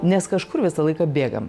nes kažkur visą laiką bėgam